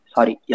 Sorry